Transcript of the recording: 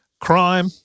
crime –